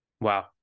Wow